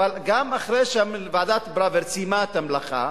אבל גם אחרי שוועדת-פראוור סיימה את המלאכה,